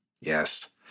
yes